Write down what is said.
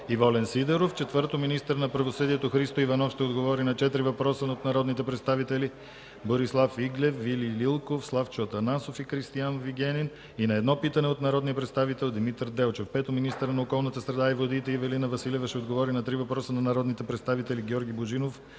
Волен Сидеров. 4. Министърът на правосъдието Христо Иванов ще отговори на четири въпроса от народните представители Борислав Иглев, Вили Лилков, Славчо Атанасов, и Кристиан Вигенин и на едно питане от народния представител Димитър Делчев. 5. Министърът на околната среда и водите Ивелина Василева ще отговори на три въпроса от народните представители Георги Божинов